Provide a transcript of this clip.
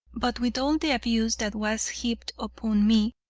but with all the abuse that was heaped upon me,